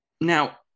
Now